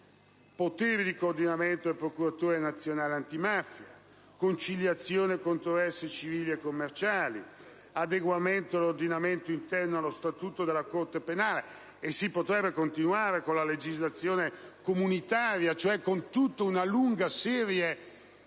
poteri di coordinamento del procuratore nazionale antimafia, alla conciliazione delle controversie civili e commerciali, all'adeguamento dell'ordinamento interno allo Statuto della Corte penale internazionale. Si potrebbe continuare con la legislazione comunitaria, cioè con tutta una lunga serie di provvedimenti